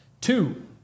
Two